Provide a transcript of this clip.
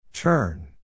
Turn